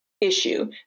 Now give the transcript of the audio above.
issue